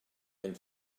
and